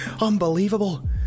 unbelievable